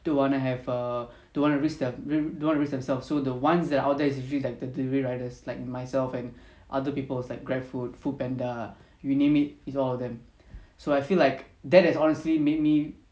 don't want to have err don't want to risk their don't want to risk themselves so the ones that are out there is usually like the delivery riders like myself and other people like GrabFood foodpanda you name it it's all of them so I feel like that has honestly made me